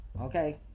okay